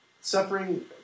suffering